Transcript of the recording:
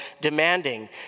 demanding